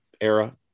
era